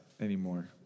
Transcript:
anymore